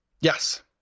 Yes